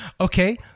okay